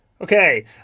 Okay